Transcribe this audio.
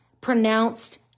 pronounced